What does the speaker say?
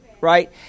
Right